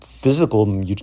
physical